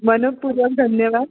मनःपूर्वक धन्यवाद